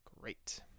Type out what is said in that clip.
Great